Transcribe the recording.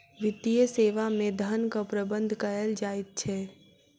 वित्तीय सेवा मे धनक प्रबंध कयल जाइत छै